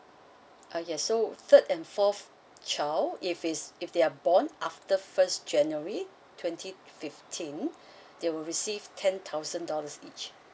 uh yes so third and fourth child if it's if they're born after first january twenty fifteen they will receive ten thousand dollars each